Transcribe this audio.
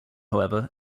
however